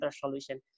solution